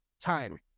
time